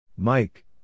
Mike